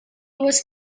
was